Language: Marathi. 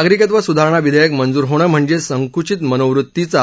नागरिकत्व सुधारणा विधेयक मंजूर होणं म्हणजे संकूचित मनोवृतीचा